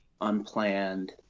unplanned